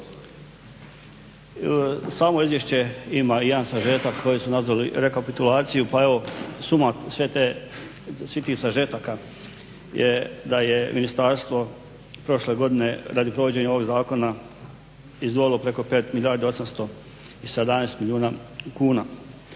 Samo izvješće ima jedan sažetak, koji su nazvali rekapitulaciju, pa evo suma svih tih sažetaka je da je ministarstvo prošle godine radi provođenja ovog zakona izdvojilo preko 5 milijardi 817 milijuna kuna.